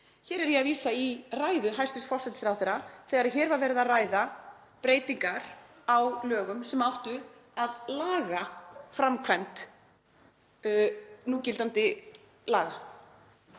Hérna er ég að vísa í ræðu hæstv. forsætisráðherra þegar hér var verið að ræða breytingar á lögum sem áttu að laga framkvæmd núgildandi laga.